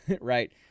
right